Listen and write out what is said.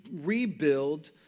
rebuild